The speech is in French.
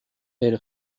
elle